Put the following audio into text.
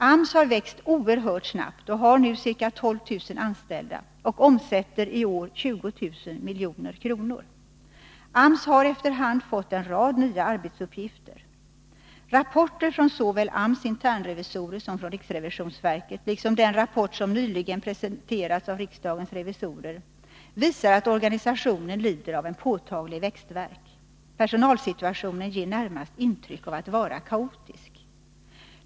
AMS har växt oerhört snabbt och har nu ca 12 000 anställda samt omsätter i år 20 000 milj.kr. AMS har efter hand fått en rad nya arbetsuppgifter. Rapporter såväl från AMS internrevisorer som från riksrevisionsverket, liksom den rapport som nyligen presenterats av riksdagens revisorer, visar att organisationen lider av en påtaglig växtvärk. Personalsituationen ger närmast intryck av att vara kaotisk.